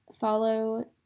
follow